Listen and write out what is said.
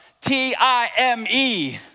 T-I-M-E